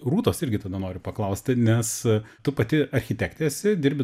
rūtos irgi tada noriu paklausti nes tu pati architektė esi dirbi